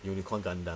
unicorn gundam